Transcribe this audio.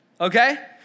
okay